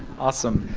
awesome.